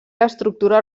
l’estructura